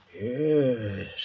Yes